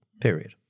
period